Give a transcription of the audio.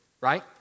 right